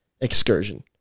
excursion